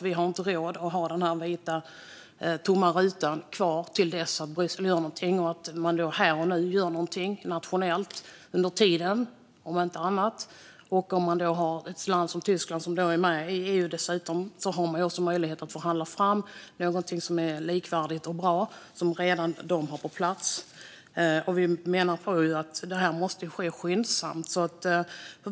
Vi har inte råd att ha kvar den vita tomma rutan till dess att Bryssel gör någonting. Man bör under tiden här och nu göra någonting nationellt. Man kan med ett land som Tyskland, som är med i EU, förhandla fram någonting som är likvärdigt och bra, som de redan har på plats. Vi menar att detta måste ske skyndsamt.